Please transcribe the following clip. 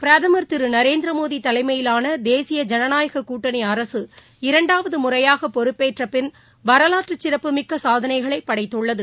பிரதமா் திரு நரேந்திரமோடி தலைமையிலான தேசிய ஜனநாயகக் கூட்டணி அரசு இரண்டாவது முறையாக பொறுப்பேற்ற பின் வரலாற்று சிறப்புமிக்க சாதனைகளை படைத்துள்ளது